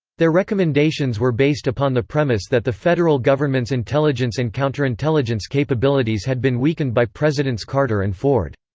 their recommendations were based upon the premise that the federal government's intelligence and counterintelligence capabilities had been weakened by presidents carter and ford.